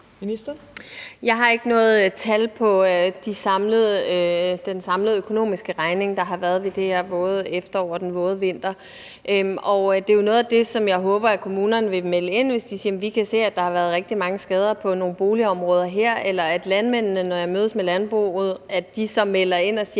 Jeg har ikke noget tal på den samlede økonomiske regning, der har været som følge af det her våde efterår og den våde vinter. Det er jo noget af det, som jeg håber at kommunerne vil melde ind om, hvis de kan se, at der har været rigtig mange skader på nogle boligområder, eller at landmændene, når jeg mødes med landbrugets folk, melder ind og siger,